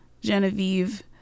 genevieve